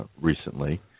recently